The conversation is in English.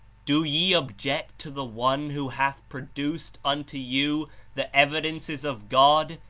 do ye object to the one who hath produced unto you the evidences of god,